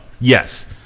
Yes